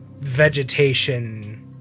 vegetation